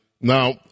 Now